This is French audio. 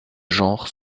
genre